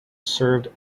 served